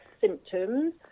symptoms